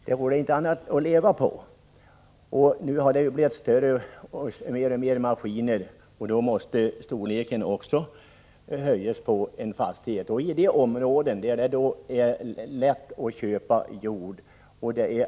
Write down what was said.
Nu har det blivit större och fler maskiner inom jordbruket, och då måste storleken på en fastighet också ökas. När det gäller användningen av jordförvärvslagen i de områden där det är lätt att köpa jord och där Prot.